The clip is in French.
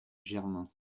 germain